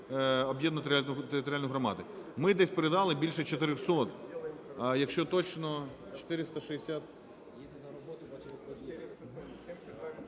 об'єднану територіальну громаду. Ми десь передали більше 400, а якщо точно, 460…